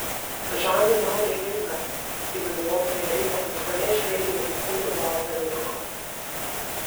žanai maudė gimdą kai miglotoje ryto aušroje žvelgė į pūdų baltą veiduką